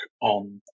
on